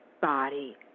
body